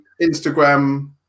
Instagram